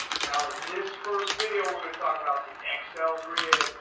now, in this first video, we're going to talk about the excel grid,